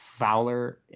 Fowler